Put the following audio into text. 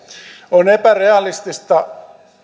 on epärealistista